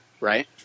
Right